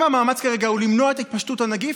אם המאמץ כרגע הוא למנוע את התפשטות הנגיף,